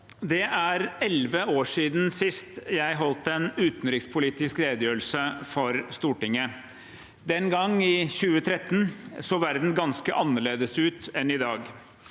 Det er elleve år siden sist jeg holdt en utenrikspolitisk redegjørelse for Stortinget. Den gang, i 2013, så verden ganske annerledes ut enn i dag.